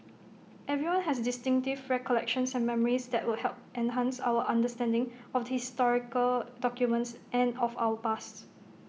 everyone has distinctive recollections and memories that would help enhance our understanding of the historical documents and of our past